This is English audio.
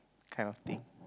kind of thing